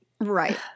Right